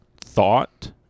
thought